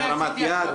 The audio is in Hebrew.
בהרמת יד?